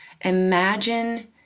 Imagine